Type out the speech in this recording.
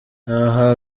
aha